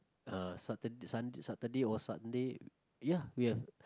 ah Saturday Sunday Saturday or Sunday ya we have